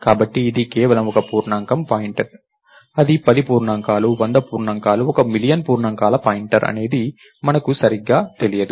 కాబట్టి ఇది కేవలం ఒక పూర్ణాంకం పాయింటర్ అది 10 పూర్ణాంకాలు 100 పూర్ణాంకాలు 1 మిలియన్ పూర్ణాంకాల పాయింటర్ అనేది మనకు ఇంకా సరిగ్గా తెలియదు